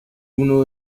uno